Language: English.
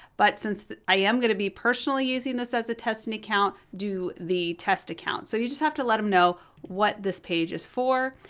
but since i am gonna be personally using this as a testing account, do the test account. so you just have to let em know what this page is for.